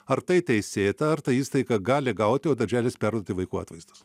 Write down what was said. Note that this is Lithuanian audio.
ar tai teisėta ar ta įstaiga gali gauti o darželis perduoti vaikų atvaizdas